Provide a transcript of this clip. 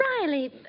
Riley